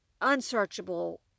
unsearchable